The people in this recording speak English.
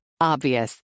Obvious